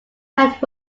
pet